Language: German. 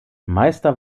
meister